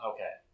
Okay